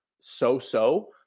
so-so